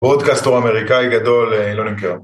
ברודקאסטור אמריקאי גדול, לא נמכר.